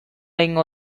egingo